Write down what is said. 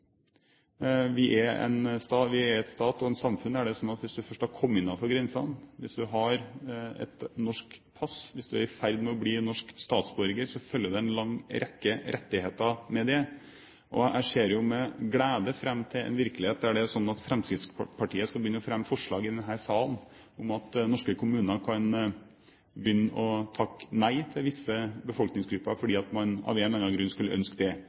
Vi er en nasjonalstat, vi er en stat og et samfunn der det er slik at hvis du først har kommet innenfor grensene, hvis du har et norsk pass, hvis du er i ferd med å bli norsk statsborger, følger det en lang rekke rettigheter med det. Og jeg ser med glede fram til en virkelighet der det er slik at Fremskrittspartiet skal begynne å fremme forslag i denne salen om at norske kommuner kan begynne å takke nei til visse befolkningsgrupper fordi man av en eller annen grunn skulle ønske det.